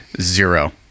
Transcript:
zero